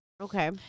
Okay